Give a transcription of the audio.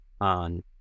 on